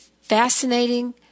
fascinating